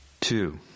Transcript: Two